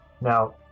Now